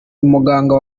umuganga